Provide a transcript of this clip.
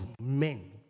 men